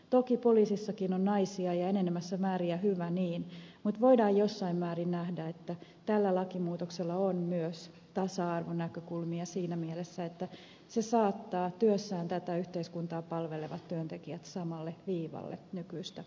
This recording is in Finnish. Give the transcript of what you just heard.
toki poliisissakin on naisia ja enenevässä määrin ja hyvä niin mutta voidaan jossain määrin nähdä että tässä lakimuutoksessa on myös tasa arvonäkökulma siinä mielessä että se saattaa työssään tätä yhteiskuntaa palvelevat työntekijät samalle viivalle nykyistä paremmin